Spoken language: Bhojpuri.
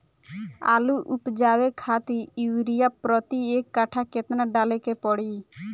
आलू उपजावे खातिर यूरिया प्रति एक कट्ठा केतना डाले के पड़ी?